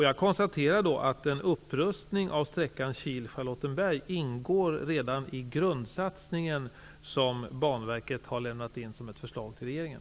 Jag konstaterar att en upprustning av sträckan Kil--Charlottenberg ingår redan i den grundsatsning som Banverket har lämnat in som ett förslag till regeringen.